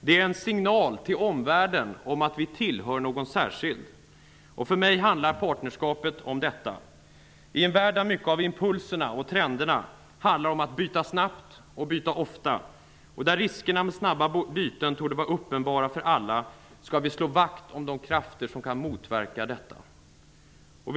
Det är en signal till omvärlden om att vi tillhör någon särskild. För mig handlar partnerskapet om detta. I en värld där mycket av impulserna och trenderna handlar om att byta snabbt och ofta, och där riskerna med snabba byten torde vara uppenbara för alla, skall vi slå vakt om de krafter som kan motverka dessa trender.